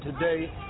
today